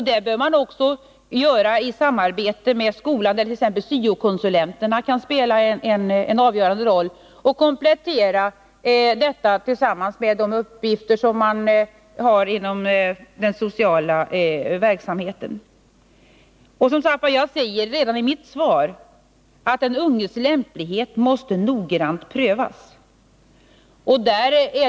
Detta bör också göras i samarbete med skolan, där t.ex. syo-konsulenterna kan spela en avgörande roll. Det kan då bli en komplettering med tanke på uppgifterna inom den sociala verksamheten. Jag säger alltså redan i mitt svar att den unges lämplighet måste noggrant prövas.